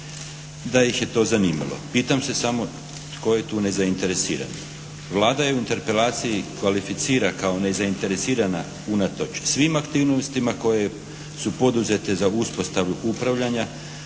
da ih je to zanimalo. Pitam se samo tko je tu nezainteresiran? Vlada je u interpelaciji kvalificira kao nezainteresirana unatoč svim aktivnostima koje su poduzete za uspostavu upravljanja